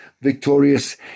victorious